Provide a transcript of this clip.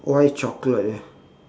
why chocolate leh